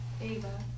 Ava